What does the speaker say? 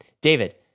David